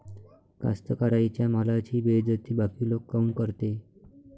कास्तकाराइच्या मालाची बेइज्जती बाकी लोक काऊन करते?